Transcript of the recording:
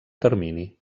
termini